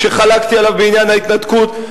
וחלקתי עליו בעניין ההתנתקות.